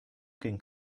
ging